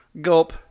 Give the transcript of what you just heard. gulp